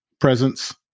presence